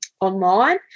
online